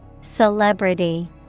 Celebrity